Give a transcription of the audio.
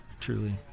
truly